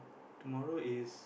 tomorrow is